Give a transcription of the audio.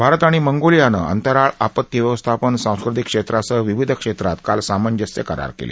भारत आणि मंगोलियानं अंतराळ आपत्ती व्यवस्थापन सांस्कृतिक क्षेत्रासह विविध क्षेत्रात काल सामंजस्य करार केले